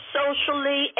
socially